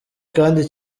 kandi